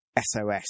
SOS